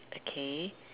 okay